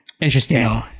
Interesting